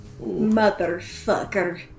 Motherfucker